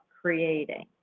creating